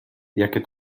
jakie